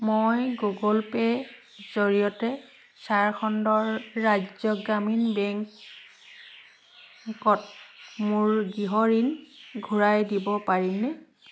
মই গুগল পে'ৰ জৰিয়তে ঝাৰখণ্ড ৰাজ্য গ্ৰামীণ বেংকত মোৰ গৃহ ঋণ ঘূৰাই দিব পাৰিনে